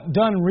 done